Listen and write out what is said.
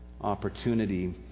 opportunity